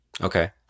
Okay